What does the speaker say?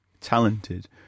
talented